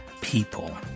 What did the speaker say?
people